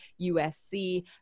USC